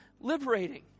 liberating